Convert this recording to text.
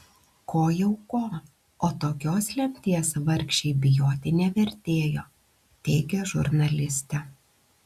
ko jau ko o tokios lemties vargšei bijoti nevertėjo teigia žurnalistė